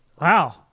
Wow